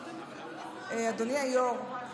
אדוני היושב-ראש,